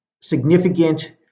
significant